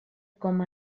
com